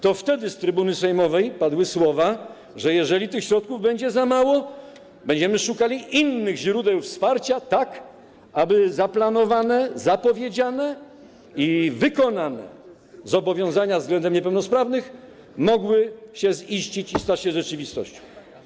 To wtedy z trybuny sejmowej padły słowa, że jeżeli tych środków będzie za mało, to będziemy szukali innych źródeł wsparcia, tak aby zaplanowane, zapowiedziane i wykonane zobowiązania względem niepełnosprawnych mogły się ziścić i stać się rzeczywistością.